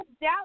doubt